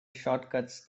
shortcuts